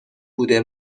بوده